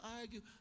argue